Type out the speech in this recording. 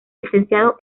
licenciado